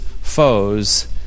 foes